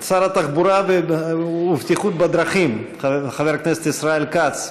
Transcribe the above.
את שר התחבורה והבטיחות בדרכים חבר הכנסת ישראל כץ.